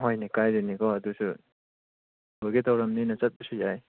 ꯍꯣꯏꯅꯦ ꯀꯥꯏꯗꯦꯅꯦꯀꯣ ꯑꯗꯨꯁꯨ ꯂꯣꯏꯒꯦ ꯇꯧꯔꯕꯅꯤꯅ ꯆꯠꯄꯁꯨ ꯌꯥꯏ